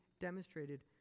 demonstrated